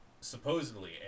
supposedly